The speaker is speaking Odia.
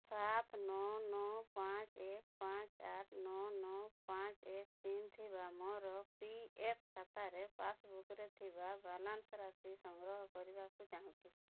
ସାତ ନଅ ନଅ ପାଞ୍ଚ ଏକ ପାଞ୍ଚ ଆଠ ନଅ ନଅ ପାଞ୍ଚ ଏକ ତିନି ଥିବା ମୋର ପି ଏଫ୍ ଖାତାରେ ପାସବୁକ୍ରେ ଥିବା ବାଲାନ୍ସ ରାଶି ସଂଗ୍ରହ କରିବାକୁ ଚାହୁଁଛି